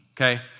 Okay